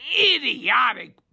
idiotic